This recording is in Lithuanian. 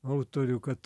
autorių kad